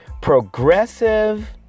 progressive